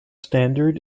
standard